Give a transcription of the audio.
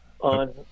on